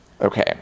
Okay